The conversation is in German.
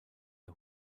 der